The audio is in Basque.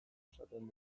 esaten